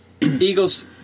Eagles